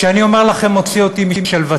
אני אומר לכם, שמוציא אותי משלוותי,